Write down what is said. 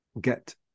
get